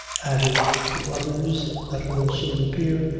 added to others that will soon appear,